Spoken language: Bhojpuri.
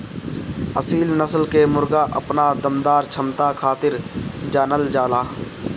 असील नस्ल के मुर्गा अपना दमदार क्षमता खातिर जानल जाला